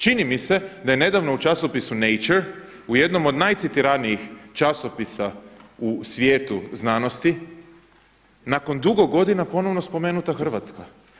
Čini mi se da je nedavno u časopisu … u jednom od najcitiranijih časopisa u svijetu znanosti nakon dugo godina ponovno spomenuta Hrvatska.